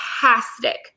fantastic